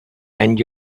and